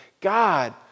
God